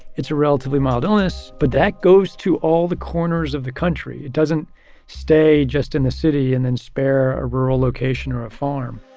it's a relatively mild illness, but that goes to all the corners of the country it doesn't stay just in the city and then spare a rural location or a farm